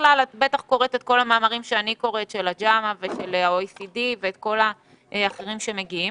ובכלל את גם קוראת כל המאמרים שאני קוראת של ה-OECD וכל האחרים שמגיעים